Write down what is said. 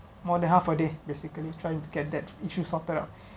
more than half a day basically trying to get that issues sorted out